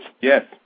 Yes